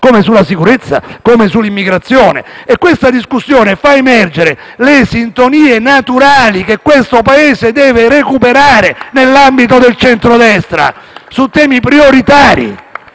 come sulla sicurezza e sull'immigrazione. Questa discussione fa emergere le sintonie naturali che questo Paese deve recuperare nell'ambito del Centrodestra su temi prioritari.